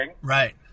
Right